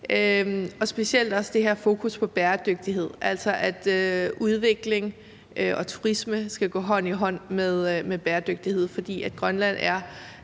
og specielt også for det her fokus på bæredygtighed, altså at udvikling og turisme skal gå hånd i hånd med bæredygtighed, fordi Grønland er